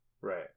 Right